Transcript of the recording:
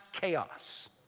chaos